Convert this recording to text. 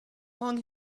long